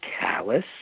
callous